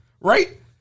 Right